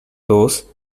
those